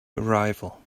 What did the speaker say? arrival